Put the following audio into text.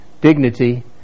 dignity